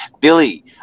Billy